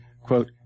quote